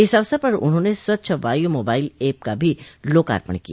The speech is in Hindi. इस अवसर पर उन्होंने स्वच्छ वायु मोबाइल एप का भी लोकार्पण किया